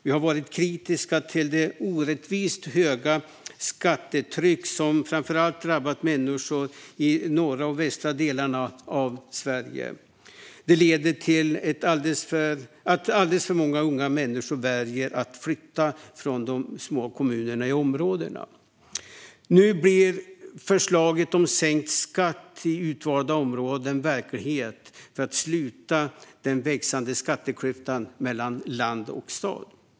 Vi har varit kritiska till det orättvist höga skattetryck som framför allt drabbat människor i norra och västra delarna av Sverige. Det har lett till att alldeles för många unga människor valt att flytta från de små kommunerna i dessa områden. Nu blir förslaget om sänkt skatt i utvalda områden verklighet för att sluta den växande skatteklyftan mellan land och stad.